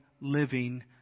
living